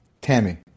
Tammy